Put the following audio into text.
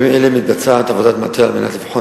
1. בימים אלה מתבצעת עבודת מטה על מנת לבחון